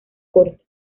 corta